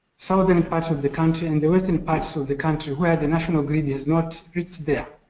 southern part of the country and the western parts of the country where the national grid has not reached there.